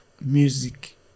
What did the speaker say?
music